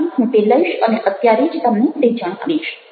આથી હું તે લઈશ અને અત્યારે જ તમને તે જણાવીશ